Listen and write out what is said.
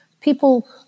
people